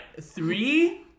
Three